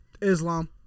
Islam